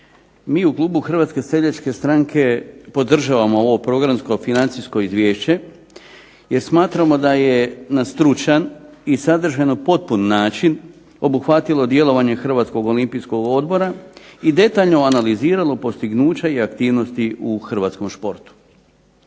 Mi u klubu HSS-a podržavamo ovo programsko-financijsko izvješće jer smatramo da je na stručan i sadržajno potpun način obuhvatilo djelovanje HOO-a i detaljno analiziralo postignuća i aktivnosti u hrvatskom športu.